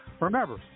Remember